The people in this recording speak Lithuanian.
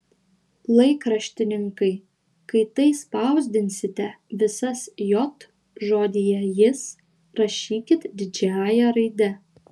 laikraštininkai kai tai spausdinsite visas j žodyje jis rašykit didžiąja raide